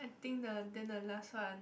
I think the then the last one